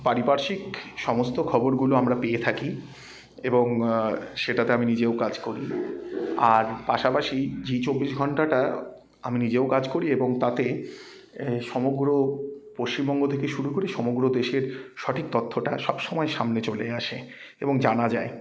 পারিপার্শ্বিক সমস্ত খবরগুলো আমরা পেয়ে থাকি এবং সেটাতে আমি নিজেও কাজ করি আর পাশাপাশি জি চব্বিশ ঘণ্টাটা আমি নিজেও কাজ করি এবং তাতে সমগ্র পশ্চিমবঙ্গ থেকে শুরু করে সমগ্র দেশের সঠিক তথ্যটা সবসময় সামনে চলে আসে এবং জানা যায়